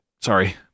Sorry